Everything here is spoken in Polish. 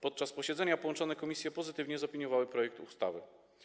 Podczas posiedzenia połączone komisje pozytywnie zaopiniowały projekt ustawy.